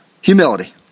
Humility